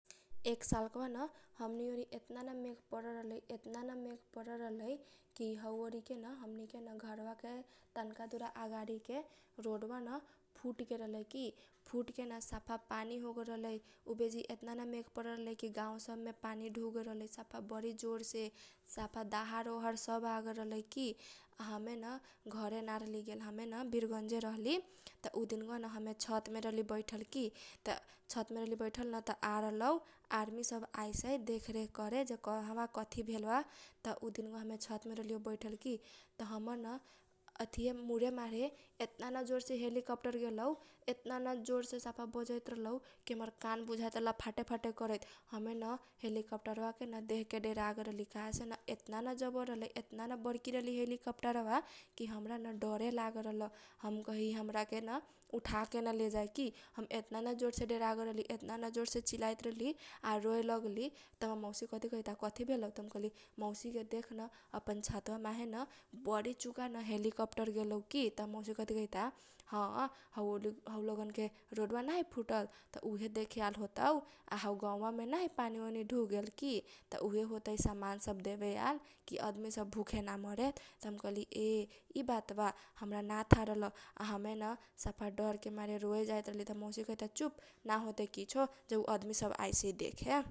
एक सालकाबा न हमनी ओरी एतना न मेघ परल रलै एतना न मेघ परल रलै की हौ उरी केन हमनी के ना घरवा के तनका दुरवा अगाडि के रोडवा न फुट गेल रहलै की। फुटके सफा पानी होगेल रहलै उ बेजी एतना न मेघ परल रलै की गाउँ सब मे पानी डुक गेल रहलै सफा बरी जोरसे सफा दाहल ओहर सब आगेल रहलै की । आ हमेन न घरे ना रहली गेल बिरगंज रहली त उ दिन कावा न हमे छतमे रहली बैठल की । त छत मे रहली बैठल न आर लौ आरमी सब आर ललौ। आरमि सब आइसै देख रेख करे जे कहबा कथी भेल बा। त उ दिन कावा हम छतमे रहलीऔ बेठल की । त हमर न कथीए मुरे माहे एतना न जोरसे हेलीकप्टर गेलौ एतना न जोरसे सफा बजैत रहलौ सफा हमर कान बुझाइ त रहल फाटे फाटे करैत । समेत न हेलीकप्टर वा देख के डेरा गेल रहली काहे सेन एतना न जबर रहलै एतना न जबर रहलै एतना न बरकी रहलै हेलीकप्टर वा की । हमरा न डरे लागेल रहल हम कही हमरा केन उठाकेन लेजाए की हम एतना न जोर से डेरा गेल रहली एतना न जोरसे चिलाइत रहली आ रोए लगली। त हमर मौसी कथी कहैता कथी भेलौ। त हम कहली मौसीगे देख न अपन छतमा माहे न बरी चुका हेलीकप्टर गेलौ की। त हमर मौसी कथी कहैत ह हौ लगन के रोडवा ना है फुटल उहे देखे आल होतौ। आ हौ गाउँ बा मे ना है पानी ओनी डूकगेल की । त उहे होतै समान सब देबे आल । की आदमी सब भुखे ना मरे। त हम कहलि ए इ बात बा हमरा ना थाह रहे। आ हमे न डरके मारे न रोए जाइत रहली त हमर मौसी कहैता चुप ना होतै किछो। उ आदमी सब आइसै देखेए ।